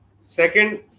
Second